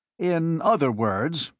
in other words,